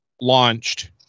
launched